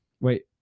Wait